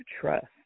trust